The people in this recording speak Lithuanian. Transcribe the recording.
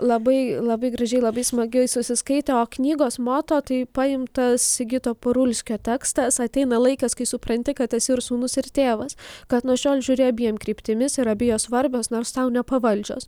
labai labai gražiai labai smagiai susiskaitė o knygos moto tai paimtas sigito parulskio tekstas ateina laikas kai supranti kad esi ir sūnus ir tėvas kad nuo šiol žiūri abiem kryptimis ir abi jos svarbios nors tau nepavaldžios